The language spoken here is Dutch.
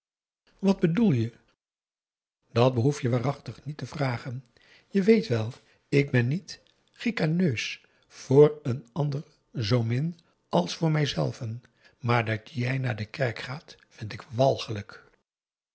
wat bedoel je dat behoef je waarachtig niet te vragen je weet wel ik ben niet chicaneus voor een ander zoomin als voor mij zelven maar dat jij naar de kerk gaat vind ik walgelijk